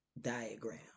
diagram